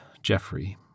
Jeffrey